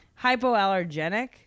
hypoallergenic